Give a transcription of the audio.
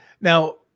Now